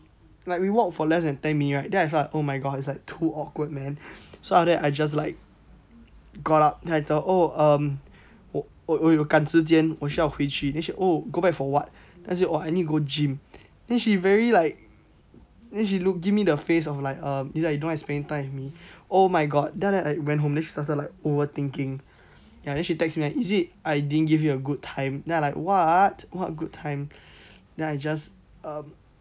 like we walk for less than ten minutes right then I felt oh my god it's like too awkward man so after that I just like got up then like oh um 我我有赶时间我需要回去 then she oh go back for what then I say !wah! I need go gym then she very like then she look give me the face of like um it's like you don't want spend time with me omg then after that I went home then she started like overthinking ya then she texted me is it I didn't give you a good time then I'm like what what good time then I just um